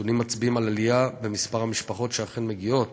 הנתונים מצביעים על עלייה במספר המשפחות שאכן מגיעות